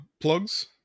plugs